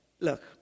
Look